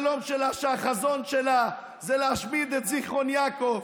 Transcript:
שהחזון שלה זה להשמיד את זיכרון יעקב,